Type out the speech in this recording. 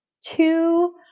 two